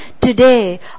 today